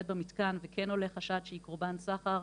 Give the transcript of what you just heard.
במתקן וכן עולה חשד שהיא קורבן סחר,